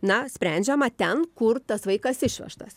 na sprendžiama ten kur tas vaikas išvežtas